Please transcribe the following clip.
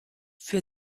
für